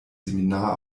seminar